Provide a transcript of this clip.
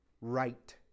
right